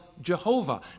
Jehovah